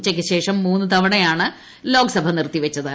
ഉച്ചയ്ക്കുശേഷ്ട്ര മൂന്ന് തവണയാണ് ലോക്സഭ നിർത്തിവച്ചത്